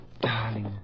Darling